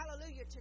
hallelujah